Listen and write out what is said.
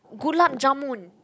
gulab-jamun